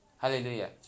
Hallelujah